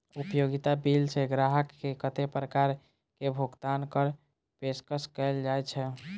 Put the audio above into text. उपयोगिता बिल सऽ ग्राहक केँ कत्ते प्रकार केँ भुगतान कऽ पेशकश कैल जाय छै?